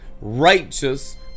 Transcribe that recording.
righteous